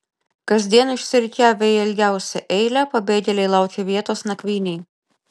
kasdien išsirikiavę į ilgiausią eilę pabėgėliai laukia vietos nakvynei